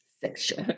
Sexual